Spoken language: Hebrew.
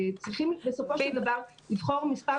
צריכים בסופו של דבר לבחור מספר מועמדים,